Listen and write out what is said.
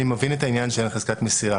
אני מבין את העניין שאין חזקת המסירה,